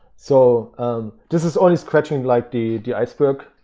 so um this this only scratching like the the iceberg,